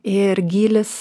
ir gylis